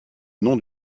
nom